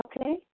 okay